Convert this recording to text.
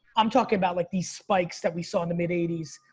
i'm talking about like these spikes that we saw in the mid eighties,